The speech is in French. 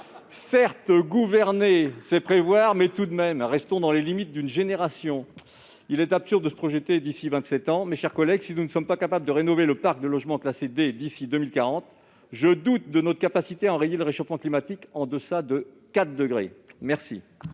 Certes, gouverner c'est prévoir, mais restons dans les limites d'une génération ! Il est absurde de se projeter dans vingt-sept ans. Mes chers collègues, si nous ne sommes pas capables de rénover le parc de logements classés D d'ici à 2040, je doute de notre capacité à enrayer le réchauffement climatique en deçà de 4 degrés !